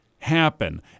happen